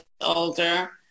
older